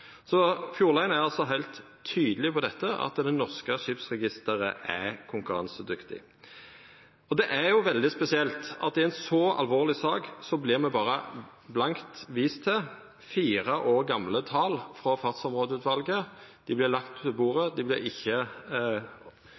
er heilt tydeleg på dette, at det norske skipsregisteret er konkurransedyktig. Det er veldig spesielt at i ei så alvorleg sak vert me berre blankt viste til fire år gamle tal frå Fartsområdeutvalet. Dei vert lagde på bordet, dei vert ikkje